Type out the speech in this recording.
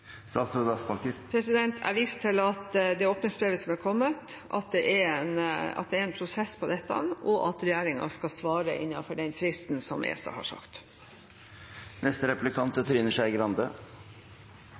Jeg viser til det åpningsbrevet som er kommet, at det er en prosess på dette, og at regjeringen skal svare innenfor den fristen som ESA har